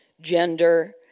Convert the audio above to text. gender